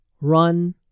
run